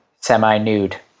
semi-nude